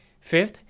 fifth